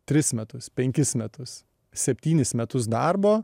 tris metus penkis metus septynis metus darbo